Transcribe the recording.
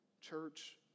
church